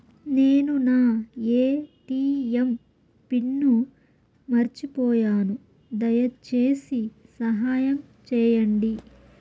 నేను నా ATM pin మర్చిపోయాను, దయచేసి సహాయం చేయండి